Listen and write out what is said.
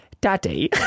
daddy